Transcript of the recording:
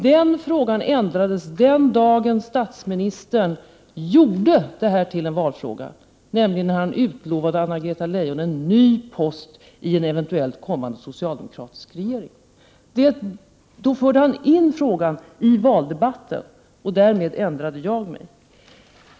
Den inställningen ändrades den dagen statsministern gjorde detta till en valfråga, nämligen när han lovade Anna-Greta Leijon en ny post i en eventuellt kommande socialdemokratisk regering. Då förde han in frågan i valdebatten, och därmed ändrade jag mig.